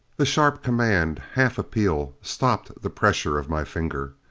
the sharp command, half appeal, stopped the pressure of my finger.